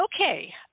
Okay